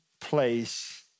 place